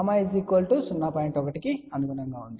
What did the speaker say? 1 కు అనుగుణంగా ఉంటుంది